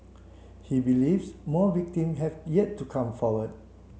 he believes more victim have yet to come forward